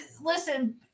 Listen